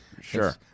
Sure